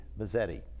Mazzetti